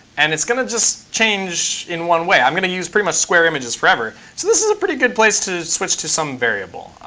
and it's going to just change in one way. i'm going to use pretty much square images forever. so this is a pretty good place to switch to some variable.